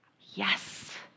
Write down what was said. Yes